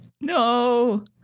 No